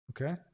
Okay